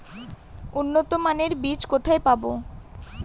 উন্নতমানের বীজ কোথায় পাব?